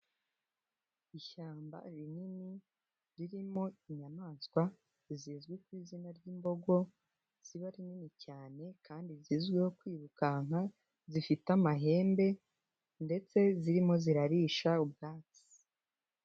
Ishyamba rinini ririmo inyamaswa zizwi ku izina ry'imbogo, ziba rinini cyane kandi zizwiho kwirukanka, zifite amahembe ndetse zirimo zirarisha ubwatsi.